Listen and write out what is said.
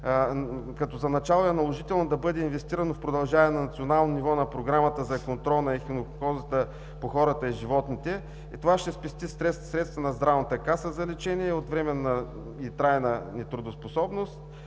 като за началото е наложително да бъде инвестирано в продължаване на национално ниво на Програмата за контрол на ехинококозата по хората и животните. Това ще спести средства на Здравната каса за лечение и от временна и трайна нетрудоспособност.